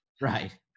right